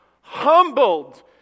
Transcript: humbled